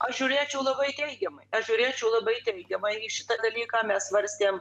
aš žiūrėčiau labai teigiamai aš žiūrėčiau labai teigiamai šitą dalyką mes svarstėm